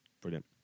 Brilliant